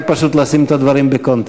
רק פשוט לשים את הדברים בקונטקסט.